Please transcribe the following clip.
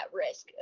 risk